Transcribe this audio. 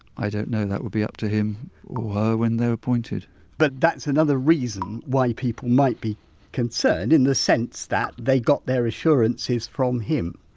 i don't know, that will be up to him or her when they're appointed but that's another reason why people might be concerned, in the sense that they got their assurances from him